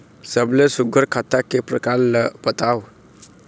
सबले सुघ्घर खाता के प्रकार ला बताव?